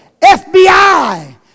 FBI